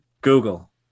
Google